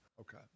okay